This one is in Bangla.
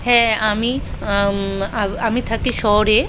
হ্যাঁ আমি আম আ আমি থাকি শহরে